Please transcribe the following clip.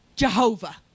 Jehovah